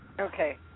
Okay